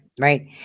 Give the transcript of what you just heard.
right